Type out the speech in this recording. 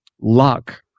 luck